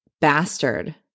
Bastard